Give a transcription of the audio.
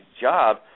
job